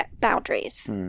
boundaries